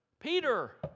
Peter